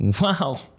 Wow